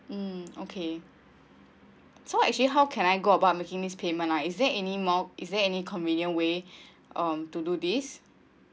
mm okay so actually how can I go about making this payment ah is there any more is there any convenient way um to do this